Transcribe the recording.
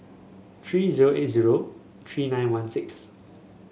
three zero eight zero three nine one six